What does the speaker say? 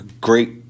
great